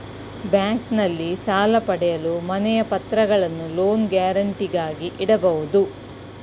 ಬ್ಯಾಂಕ್ನಲ್ಲಿ ಸಾಲ ಪಡೆಯಲು ಮನೆಯ ಪತ್ರಗಳನ್ನು ಲೋನ್ ಗ್ಯಾರಂಟಿಗಾಗಿ ಇಡಬಹುದು